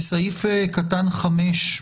בסעיף קטן (5)